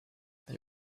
they